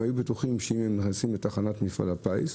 הם היו בטוחים שאם הם נכנסים לתחנת מפעל הפיס,